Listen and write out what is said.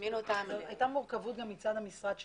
הייתה מורכבות גם מצד המשרד שלנו.